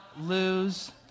lose